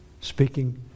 speaking